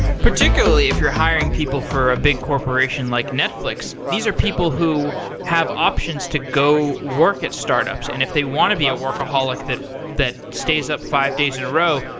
particularly, if you're hiring people for a big corporation like netflix, these are people who have options to go work at startups, and if they want to be a workaholic that that stays up five days in a row,